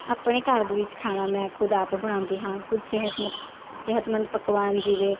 ਆਪਣੇ ਘਰ ਦੇ ਵਿੱਚ ਖਾਣਾ ਮੈਂ ਖੁਦ ਆਪ ਬਣਾਉਂਦੀ ਹਾਂ ਕੁਝ ਸਿਹਤਮ ਸਿਹਤਮੰਦ ਪਕਵਾਨ ਜਿਵੇਂ